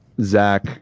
Zach